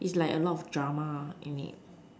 it's like a lot drama in it